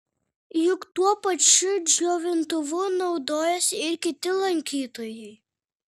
juk tuo pačiu džiovintuvu naudojasi ir kiti lankytojai